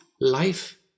Life